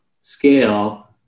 scale